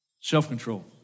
self-control